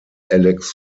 alex